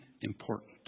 important